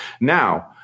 now